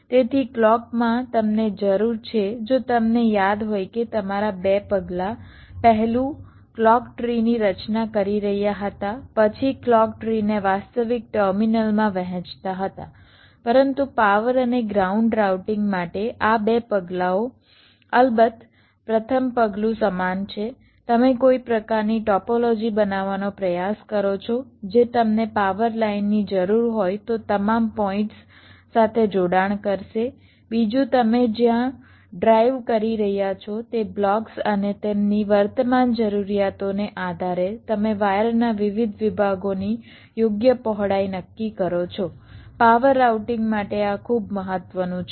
તેથી ક્લૉકમાં તમને જરૂર છે જો તમને યાદ હોય કે તમારા બે પગલાં પહેલું ક્લૉક ટ્રી ની રચના કરી રહ્યા હતા પછી ક્લૉક ટ્રી ને વાસ્તવિક ટર્મિનલમાં વહેંચતા હતા પરંતુ પાવર અને ગ્રાઉન્ડ રાઉટિંગ માટે આ બે પગલાઓ અલબત્ત પ્રથમ પગલું સમાન છે તમે કોઈ પ્રકારની ટોપોલોજી બનાવવાનો પ્રયાસ કરો છો જે તમને પાવર લાઈનની જરૂર હોય તો તમામ પોઈન્ટ્સ સાથે જોડાણ કરશે બીજું તમે જ્યાં ડ્રાઇવ કરી રહ્યા છો તે બ્લોક્સ અને તેમની વર્તમાન જરૂરિયાતોને આધારે તમે વાયરના વિવિધ વિભાગોની યોગ્ય પહોળાઈ નક્કી કરો છો પાવર રાઉટિંગ માટે આ ખૂબ મહત્વનું છે